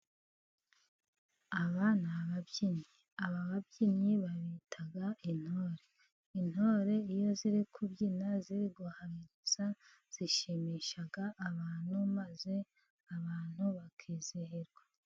Aba ni ababyinnyi. Aba babyinnyi babitaga intore. Intore iyo ziri kubyina ziri guhariza, zishimisha abantu maze abantu bakizihirwa.